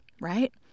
right